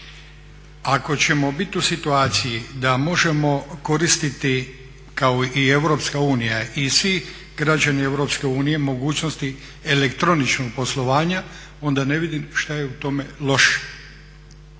Ako ćemo biti u situaciji da možemo koristiti kao i Europska unija i svi građani Europske unije mogućnosti elektroničkog poslovanja onda ne vidim šta je u tome loše.